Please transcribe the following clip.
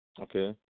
Okay